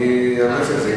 אני אמליץ על זה.